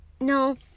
no